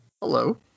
Hello